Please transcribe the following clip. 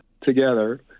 together